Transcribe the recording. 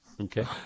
Okay